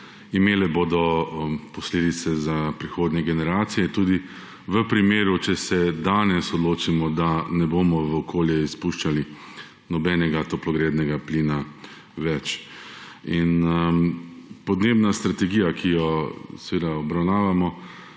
imele bodo posledice za prihodnje generacije tudi v primeru, če se danes odločimo, da ne bomo v okolje izpuščali nobenega toplogrednega plina več. Podnebna strategija, ki jo seveda obravnavamo,